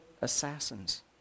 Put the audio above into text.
assassins